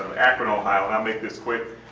so akron, ohio. and i'll make this quick.